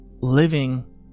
living